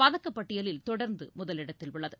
பதக்கப்பட்டியலில் தொடர்ந்து முதலிடத்தில் உள்ளது